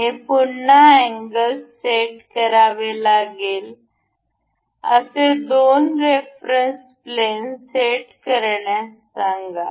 हे पुन्हा angles set करावे लागेल असे दोन रेफरन्स प्लेन सेट करण्यास सांगा